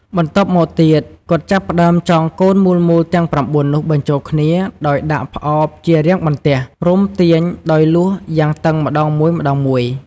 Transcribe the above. បន្ទាប់មកទៀតគាត់ចាប់ផ្តើមចងកូនមូលៗទាំង៩នោះបញ្ជូលគ្នាដោយដាក់ផ្អោបជារាងបន្ទះ រុំទាញដោយលួសយ៉ាងតឹងម្តងមួយៗ។